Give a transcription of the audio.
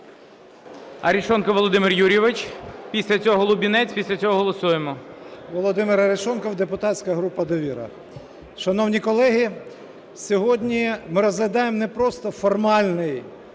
Володимир Арешонков, депутатська група "Довіра". Шановні колеги, сьогодні ми розглядаємо не просто формальний